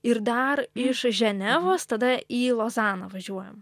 ir dar iš ženevos tada į lozaną važiuojam